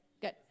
good